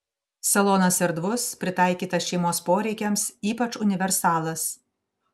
salonas erdvus pritaikytas šeimos poreikiams ypač universalas